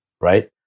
right